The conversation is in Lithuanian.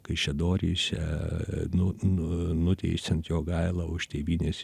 kaišiadoryse nu nu nuteisiant jogailą už tėvynės